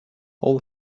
all